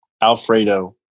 Alfredo